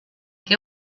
que